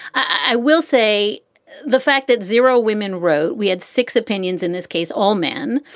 i will say the fact that zero women wrote we had six opinions in this case, all men.